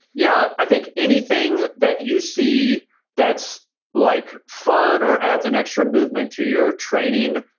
yeah, i think anything that you see that's like fun or adds an extra movement to your training,